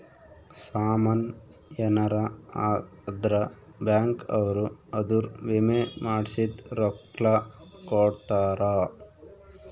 ಸಾಮನ್ ಯೆನರ ಅದ್ರ ಬ್ಯಾಂಕ್ ಅವ್ರು ಅದುರ್ ವಿಮೆ ಮಾಡ್ಸಿದ್ ರೊಕ್ಲ ಕೋಡ್ತಾರ